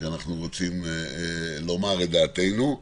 כשאנחנו רוצים לומר את דעתנו.